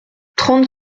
trente